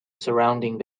surrounding